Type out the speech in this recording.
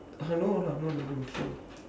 hello i'm not leaving my phone